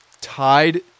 tied